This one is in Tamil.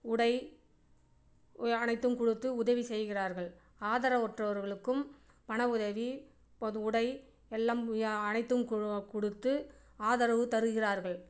உடை அனைத்தும் கொடுத்து உதவி செய்கிறார்கள் ஆதரவற்றவர்களுக்கும் பண உதவி உடை எல்லாம் அனைத்தும் கொடுத்து ஆதரவு தருகிறார்கள்